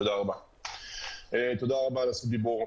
תודה רבה על זכות הדיבור.